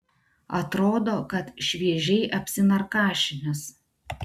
atrodo kad šviežiai apsinarkašinęs